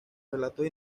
relatos